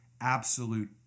absolute